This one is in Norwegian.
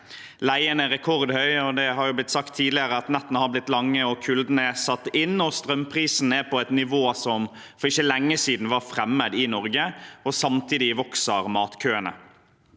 Leien er rekordhøy, og det har blitt sagt tidligere at nettene har blitt lange og kulden har satt inn. Strømprisene er på et nivå som for ikke lenge siden var fremmed i Norge, og samtidig vokser matkøene.